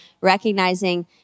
recognizing